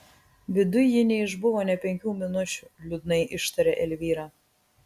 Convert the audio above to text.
viduj ji neišbuvo nė penkių minučių liūdnai ištarė elvyra